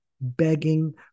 begging